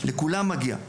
לכולם מגיע.